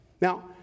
Now